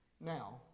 Now